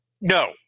No